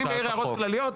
אני מעיר הערות כלליות,